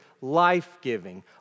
life-giving